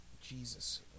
Jesus